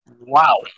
Wow